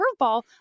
curveball